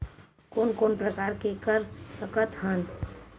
कोन कोन प्रकार के कर सकथ हन?